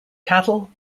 cattle